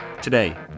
Today